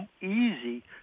easy